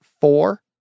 four